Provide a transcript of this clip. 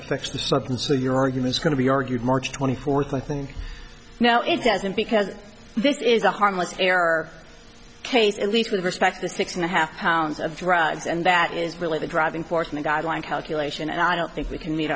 affects the substance of your arguments going to be argued march twenty fourth i think now it doesn't because this is a harmless error case at least with respect to six and a half pounds of drugs and that is really the driving force me guideline calculation and i don't think we can meet